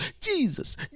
Jesus